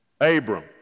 Abram